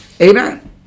Amen